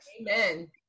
Amen